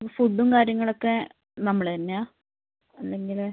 ഫുഡും കാര്യങ്ങളൊക്കെ നമ്മൾ തന്നെയാണോ അല്ലെങ്കിൽ